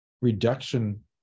reduction